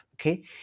okay